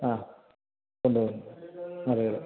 ആ കൊണ്ടുപോരുന്നു അതെ അതെ